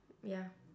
ya